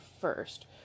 first